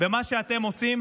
ומה שאתם עושים